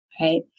right